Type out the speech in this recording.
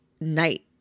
night